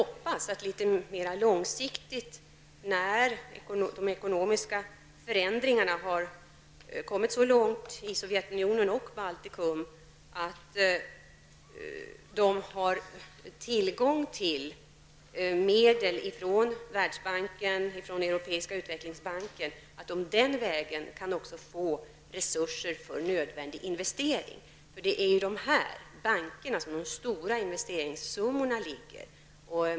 På litet längre sikt, när de ekonomiska förändringarna i Sovjetunionen och i Baltikum har kommit så långt att man där har tillgång till medel från Världsbanken och från den Europeiska utvecklingsbanken, får man väl hoppas att de baltiska staterna även den vägen kan få resurser för nödvändig investering. Där är ju där, i dessa banker, som de stora investeringssummorna ligger.